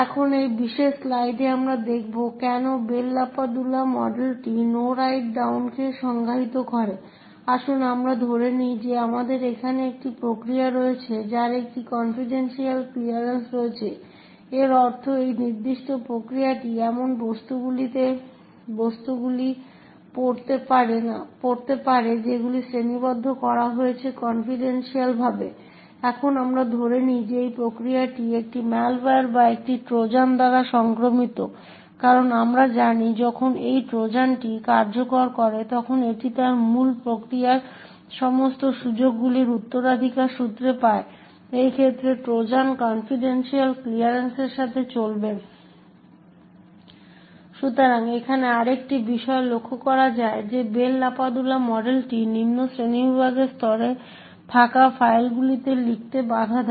এখন এই বিশেষ স্লাইডে আমরা দেখব কেন বেল লাপাদুলা মডেলটি নো রাইট ডাউনকে সংজ্ঞায়িত করে। আসুন আমরা ধরে নিই যে আমাদের এখানে একটি প্রক্রিয়া রয়েছে যার একটি কনফিডেনশিয়াল ক্লিয়ারেন্স রয়েছে। এর অর্থ এই নির্দিষ্ট প্রক্রিয়াটি এমন বস্তুগুলি পড়তে পারে যেগুলিকে শ্রেণীবদ্ধ করা হয়েছে কনফিডেনশিয়াল ভাবে। এখন আমরা ধরে নিই যে এই প্রক্রিয়াটি একটি ম্যালওয়্যার বা একটি ট্রোজান দ্বারা সংক্রামিত কারণ আমরা জানি যখন এই ট্রোজানটি কার্যকর করে তখন এটি তার মূল প্রক্রিয়ার সমস্ত সুযোগ সুবিধাগুলি উত্তরাধিকার সূত্রে পায় এই ক্ষেত্রে ট্রোজান কনফিডেনশিয়াল ক্লিয়ারেন্স এর সাথে চলবে। সুতরাং এখানে আরেকটি বিষয় লক্ষ্য করা যায় যে বেল লাপাদুলা মডেলটি নিম্ন শ্রেণীবিভাগের স্তরে থাকা ফাইলগুলিতে লিখতে বাধা দেয়